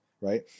right